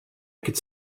could